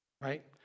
right